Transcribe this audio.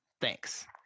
Thanks